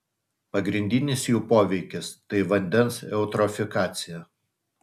pagrindinis jų poveikis tai vandens eutrofikacija